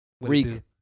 Reek